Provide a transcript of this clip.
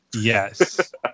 Yes